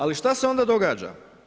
Ali što se onda događa?